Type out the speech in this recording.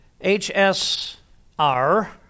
H-S-R